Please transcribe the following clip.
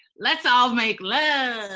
let's all make love!